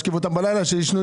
זה?